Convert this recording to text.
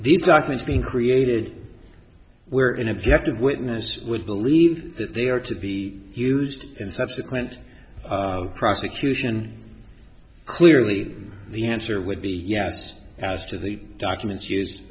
these documents being created where an objective witness would believe that they are to be used in subsequent prosecution clearly the answer would be yes as to the documents used